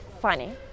funny